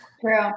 True